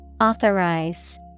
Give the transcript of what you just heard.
Authorize